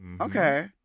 okay